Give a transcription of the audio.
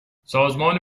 سازمان